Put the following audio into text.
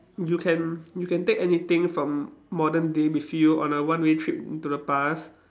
you can you can take anything from modern day with you on a one way trip to the past